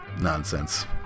nonsense